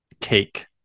Cake